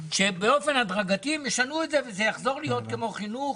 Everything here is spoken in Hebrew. שבאופן הדרגתי הם ישנו את זה וזה יחזור להיות כמו חינוך,